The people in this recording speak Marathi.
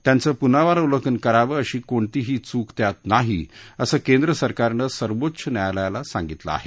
त्यांच पुनरावलोकन करावं अशी कोणतीही चूक त्यात नाही असं केंद्र् सरकारनं सर्वोच्च न्यायालयाला सांगितलं आहे